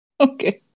Okay